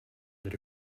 and